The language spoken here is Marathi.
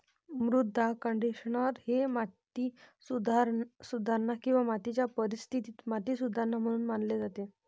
मृदा कंडिशनर हे माती सुधारणा किंवा मातीच्या परिस्थितीत माती सुधारणा म्हणून मानले जातात